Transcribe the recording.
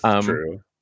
true